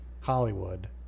Hollywood